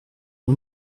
aux